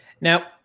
Now